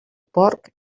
porc